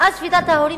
מאז שביתת ההורים